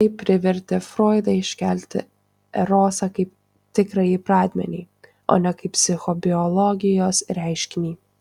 tai privertė froidą iškelti erosą kaip tikrąjį pradmenį o ne kaip psichobiologijos reiškinį